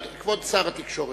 כבוד שר התקשורת,